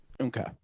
Okay